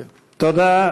תודה.